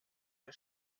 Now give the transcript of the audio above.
der